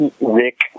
Rick